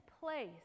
place